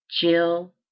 Jill